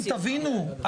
תבינו,